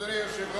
אדוני היושב-ראש,